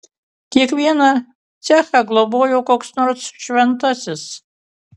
kiekvieną cechą globojo koks nors šventasis